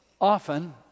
often